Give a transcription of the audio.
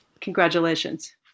congratulations